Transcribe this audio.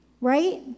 Right